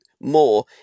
more